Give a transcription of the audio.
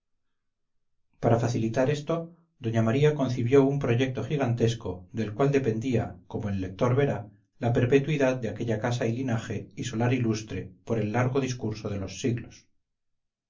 para facilitar esto doña maría concibió un proyecto gigantesco del cual dependía como el lector verá la perpetuidad de aquella casa y linaje y solar ilustre por el largo discurso de los siglos